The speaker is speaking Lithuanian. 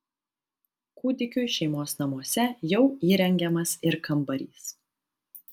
kūdikiui šeimos namuose jau įrengiamas ir kambarys